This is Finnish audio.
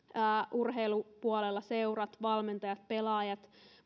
urheilupuolella seurat valmentajat pelaajat